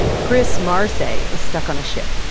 chris marsay is stuck on a ship.